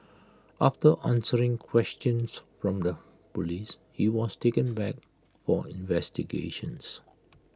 after answering questions from the Police he was taken back for investigations